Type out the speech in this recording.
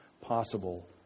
possible